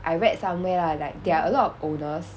I read somewhere lah like there are a lot of owners